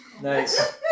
Nice